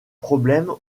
problèmes